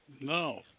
No